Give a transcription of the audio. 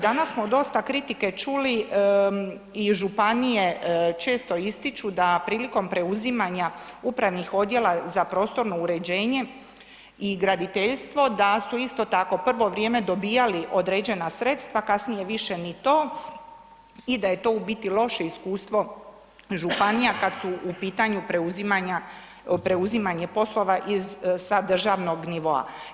Danas smo dostav kritike čuli i županije često ističu da prilikom preuzimanja upravnih odjela za prostorno uređenje i graditeljstvo da su isto tako prvo vrijeme dobijali određena sredstva, kasnije više ni to i da je to u biti loše iskustvo županija kad su u pitanju preuzimanja, preuzimanje poslova iz sa državnog nivoa.